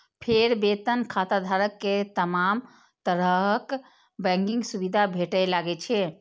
फेर वेतन खाताधारक कें तमाम तरहक बैंकिंग सुविधा भेटय लागै छै